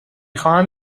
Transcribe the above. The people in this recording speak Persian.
خواهم